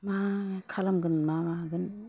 मा खालामगोन मा मागोन